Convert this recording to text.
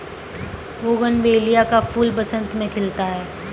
bougainvillea का फूल बसंत में खिलता है